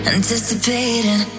Anticipating